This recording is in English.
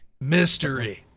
mystery